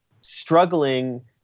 struggling